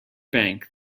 bank